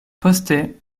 poste